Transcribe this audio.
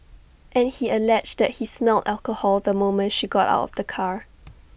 and he alleged that he smelled alcohol the moment she got out of the car